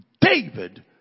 David